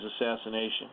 assassination